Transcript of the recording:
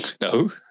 No